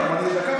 אבל הם?